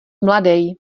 mladej